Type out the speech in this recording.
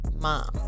mom